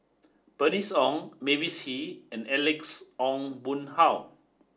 Bernice Ong Mavis Hee and Alex Ong Boon Hau